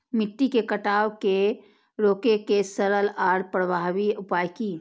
मिट्टी के कटाव के रोके के सरल आर प्रभावी उपाय की?